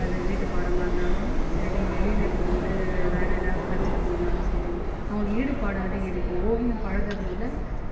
அது வீட்டுப்பாடமாக இருந்தாலும் சரி வெளியில் போயிட்டு வேறு ஏதாவது கத்துக்கறதாக இருந்தாலும் சரி அவங்களுக்கு ஈடுபாடு அதிகரிக்கும் ஓவியம் பழகறதுனால்